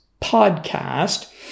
podcast